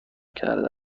کرده